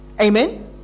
Amen